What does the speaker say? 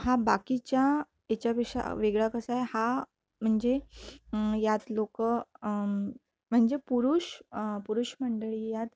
हा बाकीच्या याच्यापेक्षा वेगळा कसा आहे हा म्हणजे यात लोकं म्हणजे पुरुष पुरुष मंडळी यात